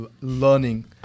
learning